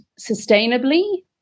sustainably